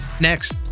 Next